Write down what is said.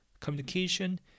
communication